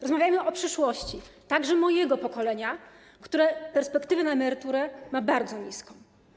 Rozmawiajmy o przyszłości, także mojego pokolenia, które perspektywy na emeryturę ma bardzo niewielkie.